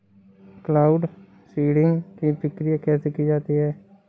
Cloud seeding की प्रक्रिया कैसे की जाती है?